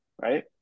Right